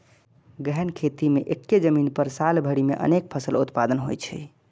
गहन खेती मे एक्के जमीन पर साल भरि मे अनेक फसल उत्पादन होइ छै